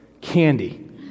candy